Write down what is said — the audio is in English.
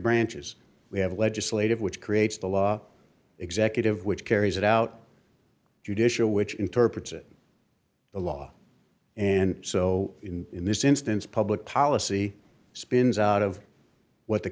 branches we have legislative which creates the law executive which carries it out judicial which interprets it the law and so in this instance public policy spins out of what the